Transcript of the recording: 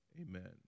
amen